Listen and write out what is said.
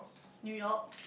New York